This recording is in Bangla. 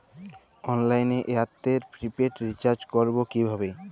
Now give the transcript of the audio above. অনলাইনে এয়ারটেলে প্রিপেড রির্চাজ করবো কিভাবে?